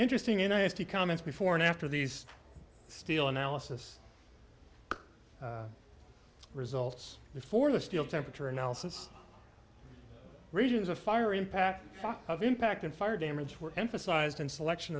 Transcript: interesting and i asked to comment before and after these still analysis results for the steel temperature analysis regions of fire impact of impact and fire damage were emphasized in selection